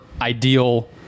ideal